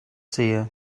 sehe